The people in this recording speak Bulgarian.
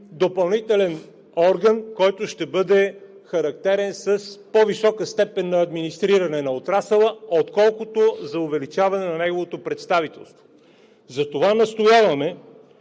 допълнителен орган, който ще бъде характерен с по-висока степен на администриране на отрасъла, отколкото за увеличаване на неговото представителство. Затова настояваме